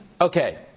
Okay